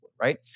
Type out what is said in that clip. right